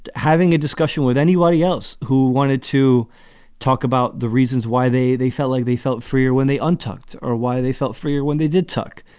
having a discussion with anybody else who wanted to talk about the reasons why they they felt like they felt freer when they untucked or why they felt freer when they did tuck.